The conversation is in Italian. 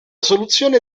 soluzione